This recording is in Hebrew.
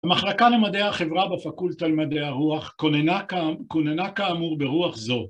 המחלקה למדעי החברה בפקולטה למדעי הרוח כוננה כאמור ברוח זו.